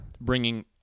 bringing